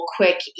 quick